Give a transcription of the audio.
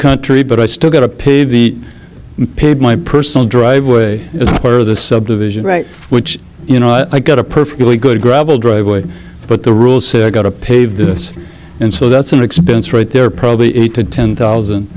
country but i still got to pay the paid my personal driveway part of the subdivision right which you know i got a perfectly good gravel driveway but the rules got a paved and so that's an expense right there probably eight to ten thousand